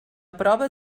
prova